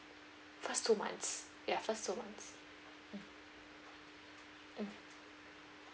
first two months ya first two months mm mm